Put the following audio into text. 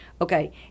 Okay